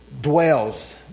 dwells